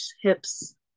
hips